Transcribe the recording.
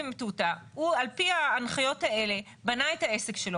הוא על פי ההנחיות האלה בנה את העסק שלו.